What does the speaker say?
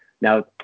Now